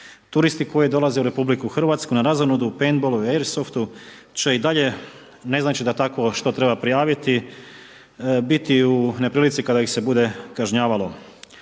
Turisti koji dolaze u Republici Hrvatsku na razonodu u paienballu, airsoftu će i dalje ne znači da takvo što treba prijaviti biti u neprilici kada ih se bude kažnjavalo.